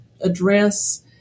address